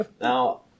Now